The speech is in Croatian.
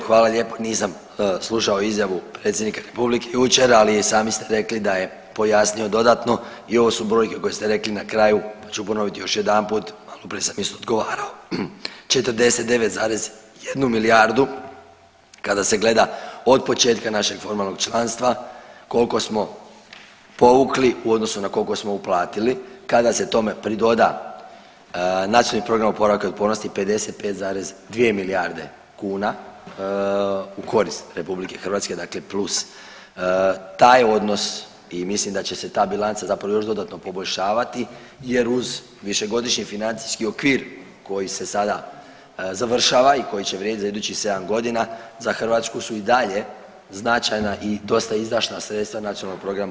Evo hvala lijepa, nisam slušao izjavu predsjednika republike jučer, ali i sami ste rekli da je pojasnio dodatno i ovo su brojke koje ste rekli na kraju, pa ću ponoviti još jedanput, maloprije sam isto odgovarao, 49,1 milijardu kada se gleda od početka našeg formalnog članstva kolko smo povukli u odnosu na kolko smo uplatili, kada se tome pridoda NPOO 55,2 milijarde kuna u korist RH, dakle plus taj odnos i mislim da će se ta bilanca zapravo još dodatno poboljšavati jer uz višegodišnji financijski okvir koji se sada završava i koji će vrijedit za idućih 7.g. za Hrvatsku su i dalje značajna i dosta izdašna sredstva NPOO-a.